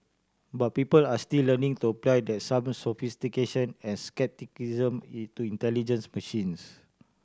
but people are still learning to apply that some sophistication and scepticism is to intelligent machines